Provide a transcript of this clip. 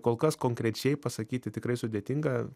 kol kas konkrečiai pasakyti tikrai sudėtinga